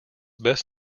best